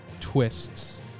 twists